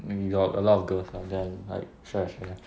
when we got a lot of girls ah then like share share